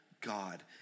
God